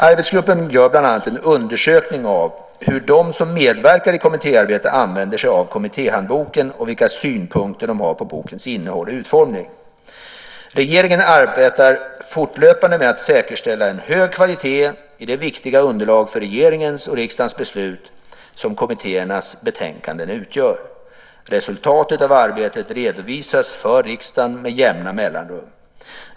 Arbetsgruppen gör bland annat en undersökning av hur de som medverkar i kommittéarbete använder sig av kommittéhandboken och vilka synpunkter de har på bokens innehåll och utformning. Regeringen arbetar fortlöpande med att säkerställa en hög kvalitet i det viktiga underlag för regeringens och riksdagens beslut som kommittéernas betänkanden utgör. Resultatet av arbetet redovisas för riksdagen med jämna mellanrum.